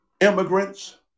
immigrants